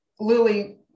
Lily